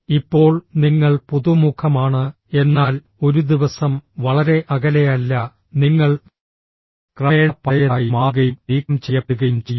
ഇപ്പോൾ നിങ്ങൾ പുതുമുഖമാണ് എന്നാൽ ഒരു ദിവസം വളരെ അകലെയല്ല നിങ്ങൾ ക്രമേണ പഴയതായി മാറുകയും നീക്കം ചെയ്യപ്പെടുകയും ചെയ്യും